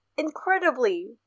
incredibly